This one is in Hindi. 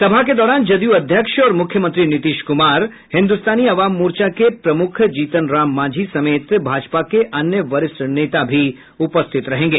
सभा के दौरान जदयू अध्यक्ष और मुख्यमंत्री नीतीश कुमार हिन्द्रस्तानी अवाम मोर्चा के प्रमुख जीतनराम मांझी समेत भाजपा के अन्य वरिष्ठ नेता भी उपस्थित रहेंगे